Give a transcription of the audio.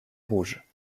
rouge